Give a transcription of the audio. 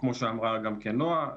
כמו שגם אמרה נועה,